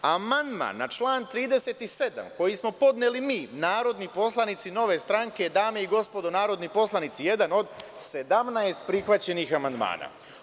Amandman na član 37. koji smo podneli mi, narodni poslanici Nove stranke, dame i gospodo narodni poslanici, je jedan od 17 prihvaćenih amandmana.